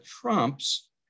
Trump's